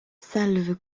salve